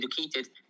educated